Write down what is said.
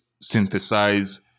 synthesize